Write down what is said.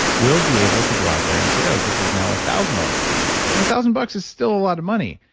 we'll be able to go out there and say oh, this is now a one thousand dollars procedure, and a thousand bucks is still a lot of money,